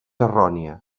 errònia